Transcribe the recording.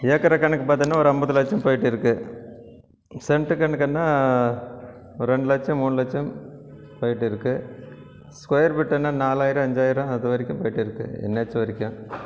ஏக்கரா கணக்கு பார்த்திங்கன்னா ஒரு ஐம்பது லட்சம் போயிட்டு இருக்குது சென்ட்டு கணக்குன்னா ஒரு ரெண்டு லட்சம் மூணு லட்சம் போயிட்டு இருக்குது ஸ்கொயர் பிட்னா நாலாயிரம் அஞ்சாயிரம் அதுவரைக்கும் போயிட்டு இருக்குது நேற்று வரைக்கும்